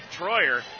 Troyer